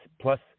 plus